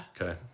Okay